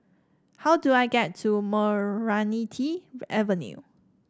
how do I get to Meranti Avenue